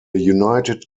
united